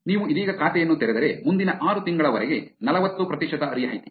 ನೀವು ಇದೀಗ ಖಾತೆಯನ್ನು ತೆರೆದರೆ ಮುಂದಿನ ಆರು ತಿಂಗಳವರೆಗೆ ನಲವತ್ತು ಪ್ರತಿಶತ ರಿಯಾಯಿತಿ